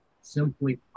simply